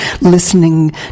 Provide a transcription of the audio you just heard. listening